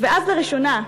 ואז, לראשונה,